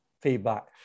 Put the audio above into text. feedback